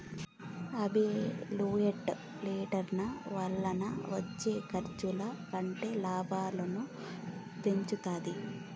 absolute return వలన వచ్చే ఖర్చుల కంటే లాభాలను పెంచుతాది